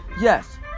Yes